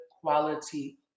quality